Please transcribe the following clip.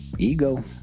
Ego